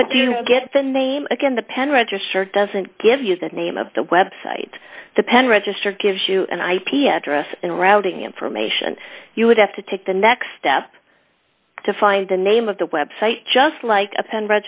you get the name again the pen register doesn't give you the name of the website the pen register gives you an ip address and routing information you would have to take the next step to find the name of the website just like a pen